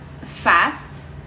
fast